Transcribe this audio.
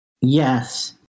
Yes